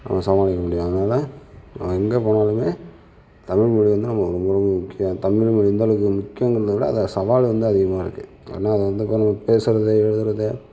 கொஞ்சம் சமாளிக்க முடியும் அதனால் எங்க போனாலுமே தமிழ் மொழியை வந்து நமக்கு ரொம்ப ரொம்ப முக்கியம் தமிழ் மொழி எந்தளவுக்கு முக்கியங்கறத விட அது சவால் வந்து அதிகமாக இருக்குது ஏன்னா அது வந்து இப்போ நம்ம பேசுகிறது எழுதுறது